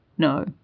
No